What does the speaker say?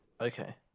Okay